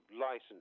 license